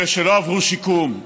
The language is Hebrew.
אלה שלא עברו שיקום,